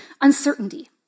uncertainty